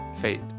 fate